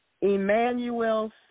Emmanuel